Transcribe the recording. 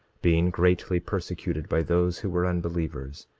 being greatly persecuted by those who were unbelievers,